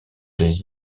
des